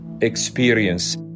experience